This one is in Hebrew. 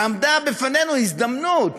עמדה בפנינו הזדמנות,